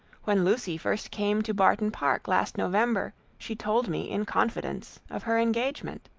when lucy first came to barton park last november, she told me in confidence of her engagement